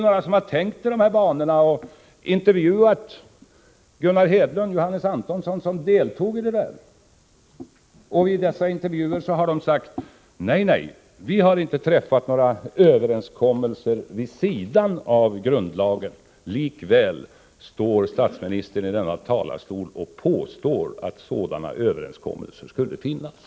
Några har tänkt i dessa banor och har intervjuat Gunnar Hedlund och Johannes Antonsson, som sade: Nej, vi har inte träffat några överenskommelser vid sidan om grundlagen. Likväl står statsministern i denna talarstol och påstår att sådana överenskommelser finns.